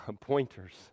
pointers